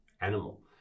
animal